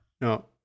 No